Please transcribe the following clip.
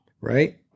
right